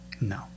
No